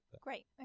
great